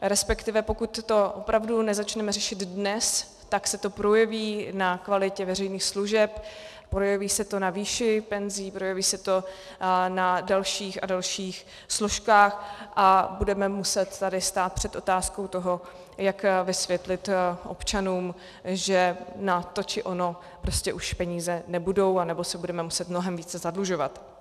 resp. pokud to opravdu nezačneme řešit dnes, tak se to projeví na kvalitě veřejných služeb, projeví se to na výši penzí, projeví se to na dalších a dalších složkách a budeme muset tady stát před otázkou, jak vysvětlit občanům, že na to či ono prostě už peníze nebudou, nebo se budeme muset mnohem více zadlužovat.